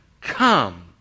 come